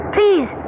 Please